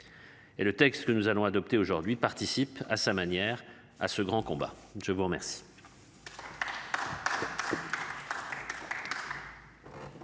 Et le texte que nous allons adopter aujourd'hui, participe à sa manière, à ce grand combat. Je vous remercie.